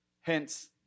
hence